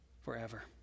forever